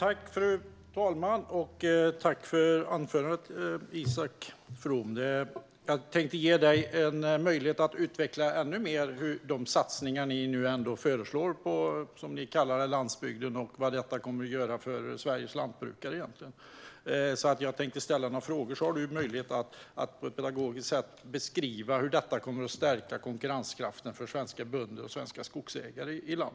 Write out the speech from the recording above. Fru talman! Tack för anförandet, Isak From! Jag tänkte ge dig möjlighet att ännu mer utveckla vad de satsningar ni nu föreslår för det ni kallar landsbygden kommer att göra för Sveriges lantbrukare. Jag tänkte ställa några frågor så har du möjlighet att på ett pedagogiskt sätt beskriva hur de satsningar ni gör kommer att stärka konkurrenskraften för svenska bönder och skogsägare.